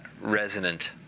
resonant